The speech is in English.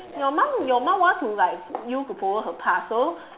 your mum your mum want to like you to follow her path so